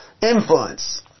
influence